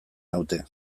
naute